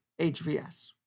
HVS